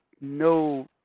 no